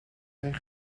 zijn